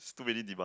is too many demands